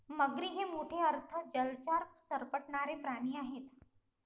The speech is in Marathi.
मगरी हे मोठे अर्ध जलचर सरपटणारे प्राणी आहेत